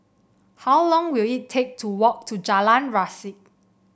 how long will it take to walk to Jalan Resak